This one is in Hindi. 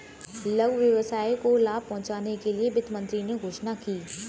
लघु व्यवसाय को लाभ पहुँचने के लिए वित्त मंत्री ने घोषणा की